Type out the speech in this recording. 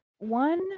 One